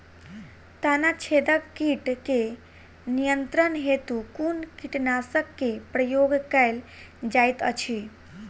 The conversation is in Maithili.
तना छेदक कीट केँ नियंत्रण हेतु कुन कीटनासक केँ प्रयोग कैल जाइत अछि?